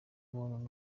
umuti